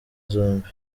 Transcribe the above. zombi